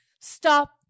Stop